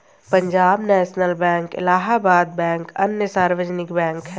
Punjab national bank Allahabad bank अन्य सार्वजनिक bank है